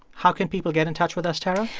how can people get in touch with us, tara?